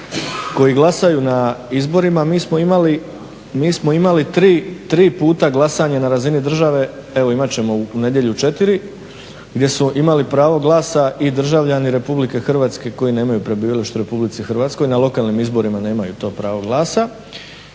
koji glasaju na izborima mi smo imali, mi smo imali tri puta glasanje na razini države, evo imate ćemo u nedjelju četiri gdje su imali pravo glasa i državljani Republike Hrvatske koji nemaju prebivalište u Republici Hrvatskoj. Na lokalnim izborima nemaju to pravo glasa.